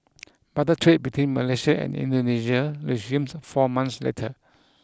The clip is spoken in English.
barter trade between Malaysia and Indonesia resumed four months later